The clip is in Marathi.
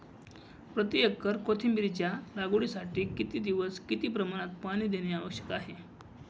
प्रति एकर कोथिंबिरीच्या लागवडीसाठी किती दिवस किती प्रमाणात पाणी देणे आवश्यक आहे?